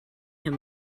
him